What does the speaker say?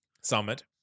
Summit